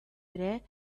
ere